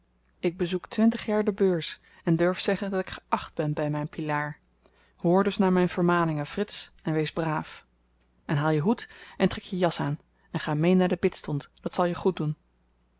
ik bezoek twintig jaar de beurs en durf zeggen dat ik geacht ben by myn pilaar hoor dus naar myn vermaningen frits en wees braaf en haal je hoed en trek je jas aan en ga mee naar den bidstond dat zal je goed doen